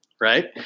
right